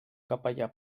capellà